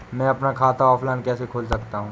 मैं अपना खाता ऑफलाइन कैसे खोल सकता हूँ?